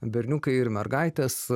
berniukai ir mergaitės